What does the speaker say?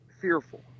fearful